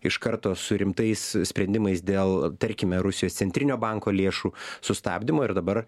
iš karto su rimtais sprendimais dėl tarkime rusijos centrinio banko lėšų sustabdymo ir dabar